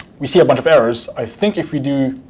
we see a bunch of errors. i think if we do